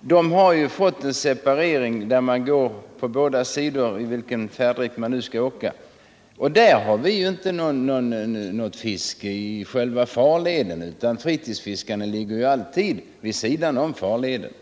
det har gjorts en separering, så att trafiken går på olika sidor, beroende på färdriktningen. Och i själva farleden bedrivs inget fiske, utan fritidsfiskarna håller sig alltid vid sidan av farleden.